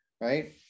right